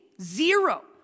zero